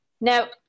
now